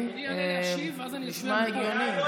אני אעלה להשיב ואז אני אצביע מפה.